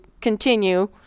continue